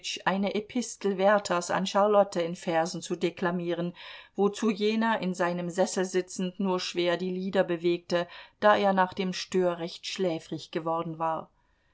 eine epistel werthers an charlotte in versen zu deklamieren wozu jener in seinem sessel sitzend nur schwer die lider bewegte da er nach dem stör recht schläfrig geworden war